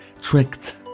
tricked